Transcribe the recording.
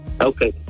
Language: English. Okay